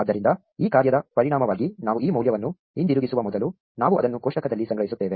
ಆದ್ದರಿಂದ ಈ ಕಾರ್ಯದ ಪರಿಣಾಮವಾಗಿ ನಾವು ಈ ಮೌಲ್ಯವನ್ನು ಹಿಂದಿರುಗಿಸುವ ಮೊದಲು ನಾವು ಅದನ್ನು ಕೋಷ್ಟಕದಲ್ಲಿ ಸಂಗ್ರಹಿಸುತ್ತೇವೆ